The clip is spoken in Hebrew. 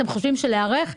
אתם חושבים שלהיערך,